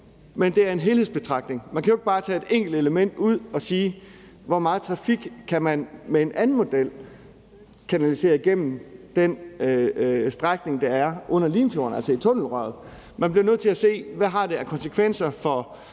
men det er en helhedsbetragtning. Man kan jo ikke bare tage et enkelt element ud og sige: Hvor meget trafik kan man med en anden model kanalisere igennem den strækning [Lydudfald] ... Man bliver nødt til at se på, hvad det har af konsekvenser for